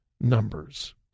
numbers